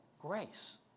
grace